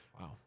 Wow